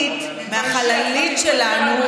שלך.